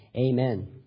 Amen